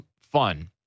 fun